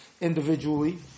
individually